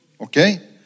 Okay